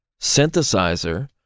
Synthesizer